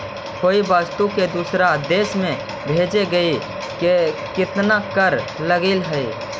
कोई वस्तु के दूसर देश में भेजे लगी केतना कर लगऽ हइ?